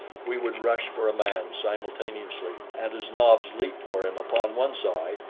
we would rush for a man, simultaneously, and as nobs leaped for him upon one side,